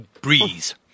breeze